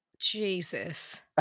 Jesus